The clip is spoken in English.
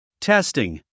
Testing